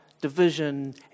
division